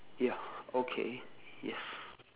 ya okay yes